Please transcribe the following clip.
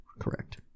correct